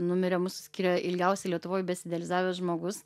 numirė mūsų skyriuje ilgiausiai lietuvoj besidializavęs žmogus